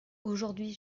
aujourd’hui